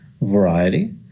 variety